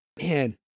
Man